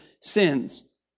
sins